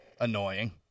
annoying